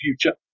future